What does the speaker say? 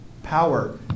Power